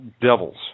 devils